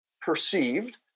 perceived